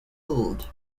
pulled